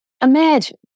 imagine